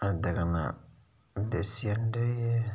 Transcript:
ओह्दे कन्नै देसी अंडे होई गे